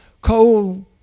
cold